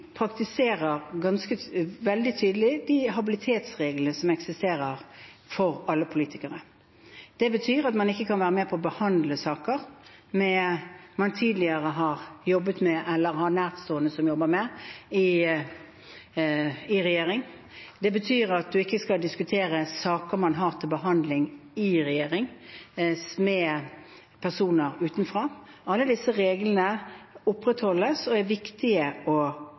betyr at man ikke kan være med på å behandle saker man tidligere har jobbet med, eller har nærstående som jobber med, i regjering. Det betyr at man ikke skal diskutere saker man har til behandling i regjering, med personer utenfra. Alle disse reglene opprettholdes og er viktige å